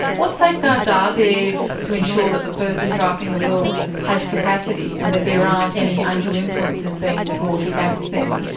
what safeguards are there to ensure that the person drafting the will has capacity and that there aren't any undue influences being brought against them?